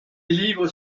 livres